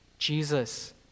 jesus